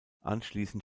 anschließend